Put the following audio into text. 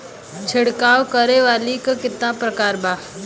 छिड़काव करे वाली क कितना प्रकार बा?